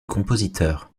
compositeur